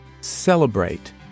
celebrate